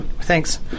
thanks